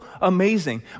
amazing